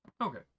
Okay